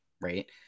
Right